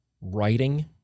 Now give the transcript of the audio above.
writing